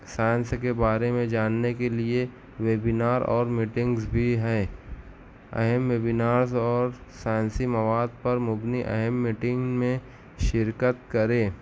science کے بارے میں جاننے کے لیے ویبینار اور میٹنگس بھی ہیں اہم ویبینارز اور سائنسی مواد پر مبنی اہم میٹنگ میں شرکت کریں